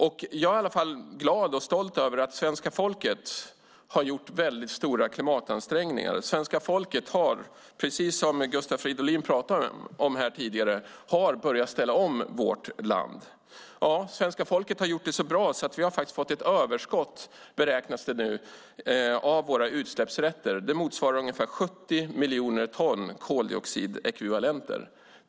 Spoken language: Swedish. Jag är i alla fall glad och stolt över att svenska folket har gjort väldigt stora klimatansträngningar. Svenska folket har, precis som Gustav Fridolin pratade om här tidigare, börjat ställa om vårt land. Ja, svenska folket har gjort det så bra att vi faktiskt har får ett överskott, beräknas det nu, av våra utsläppsrätter. Det motsvarar ungefär 70 miljoner ton koldioxidekvivalenter.